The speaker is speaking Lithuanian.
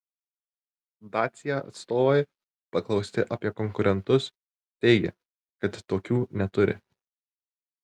dacia atstovai paklausti apie konkurentus teigia kad tokių neturi